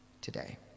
today